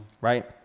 Right